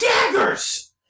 daggers